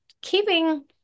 keeping